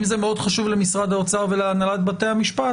אם זה מאוד חשוב למשרד האוצר ולהנהלת בתי המשפט,